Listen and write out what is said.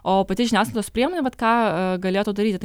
o pati žiniasklaidos priemonė vat ką galėtų daryti tai